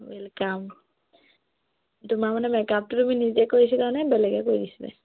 welcome তোমাৰ মানে মেকআপটো তুমি নিজে কৰিছিলা নে বেলেগে কৰি দিছিলে